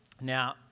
Now